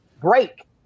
break